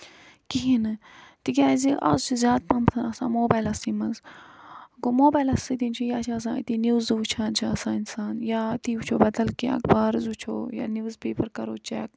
کِہیٖںۍ نہٕ تِکیازِ آز چھِ زیادٕ پَہمتھ آسان موبایلٕسے منٛز گوٚو موبایلَس سۭتۍ چھِ یہِ یا چھ آسان أتی نِوزٕ وٕچھان چھُ آسان اِنسان یا أتی وٕچھو بدل کیٚنہہ اَکبارٕز وٕچھو یا نِوٕز پیپر کرو چٮ۪ک